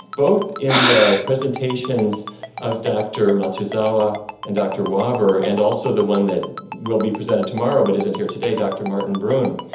both in the presentations of dr matsuzawa and dr wobber, and also the one that will be presented tomorrow but isn't here today, dr martin brune,